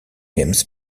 games